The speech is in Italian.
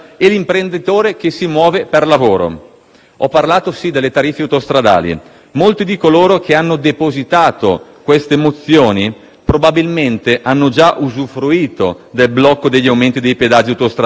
Ho parlato delle tariffe autostradali. Molti di coloro che hanno depositato le mozioni probabilmente hanno già usufruito del blocco degli aumenti dei pedaggi autostradali che si è avuto all'inizio dell'anno.